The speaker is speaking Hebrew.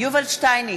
יובל שטייניץ,